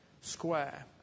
square